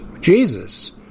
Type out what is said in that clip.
jesus